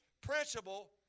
principle